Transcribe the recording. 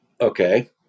okay